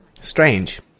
strange